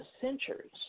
centuries